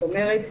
זאת אומרת,